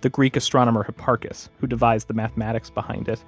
the greek astronomer hipparchus, who devised the mathematics behind it,